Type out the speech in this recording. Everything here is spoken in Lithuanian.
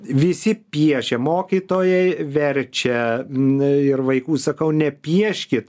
visi piešia mokytojai verčia na ir vaikui sakau nepieškit